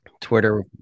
Twitter